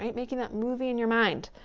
um making that movie in your mind.